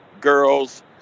girl's